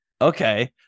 okay